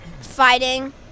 fighting